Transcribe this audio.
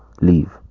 leave